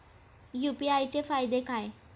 UPI चे फायदे काय?